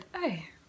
Hey